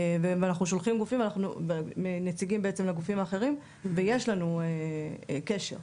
ואנחנו שולחים נציגים לגופים האחרים, ויש לנו קשר.